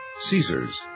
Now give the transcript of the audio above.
Caesar's